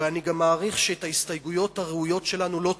ואני גם מעריך שאת ההסתייגויות הראויות שלנו לא תקבלו,